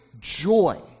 joy